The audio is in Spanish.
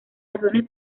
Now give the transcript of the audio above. razones